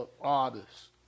artists